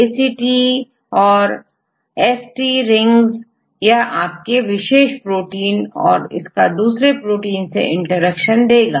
MINTIntactऔरSTRINGयह आपको विशेष प्रोटीन और इसका दूसरे प्रोटीन से इंटरेक्शन देगा